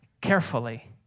carefully